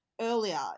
earlier